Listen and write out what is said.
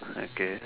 okay